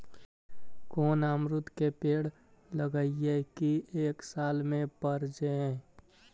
कोन अमरुद के पेड़ लगइयै कि एक साल में पर जाएं?